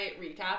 recap